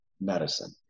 medicine